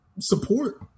support